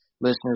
listeners